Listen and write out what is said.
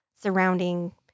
surrounding